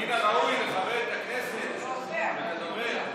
מן הראוי לכבד את הכנסת ואת הדובר.